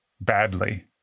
badly